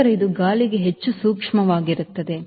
ನಂತರ ಇದು ಗಾಳಿಗೆ ಹೆಚ್ಚು ಸೂಕ್ಷ್ಮವಾಗಿರುತ್ತದೆ